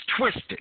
twisted